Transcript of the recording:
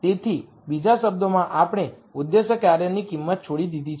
તેથી બીજા શબ્દોમાં આપણે ઉદ્દેશ્ય કાર્યની કિંમત છોડી દીધી છે